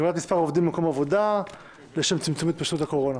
הגבלת מספר עובדים במקום העבודה לשם צמצום התפשטות הקורונה.